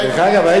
דרך אגב,